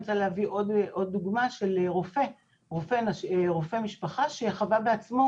אני רוצה להביא עוד דוגמא של רופא משפחה שחווה בעצמו